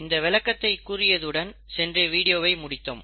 இந்த விளக்கத்தை கூறியதுடன் சென்ற வீடியோவை முடித்தோம்